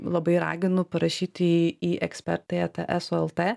labai raginu parašyti į ekspertai eta eso lt